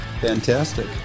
Fantastic